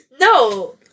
no